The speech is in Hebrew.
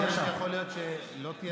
אתה יודע שיכול להיות שלא תהיה,